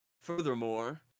Furthermore